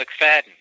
mcfadden